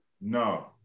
No